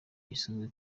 gishinzwe